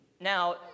Now